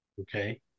Okay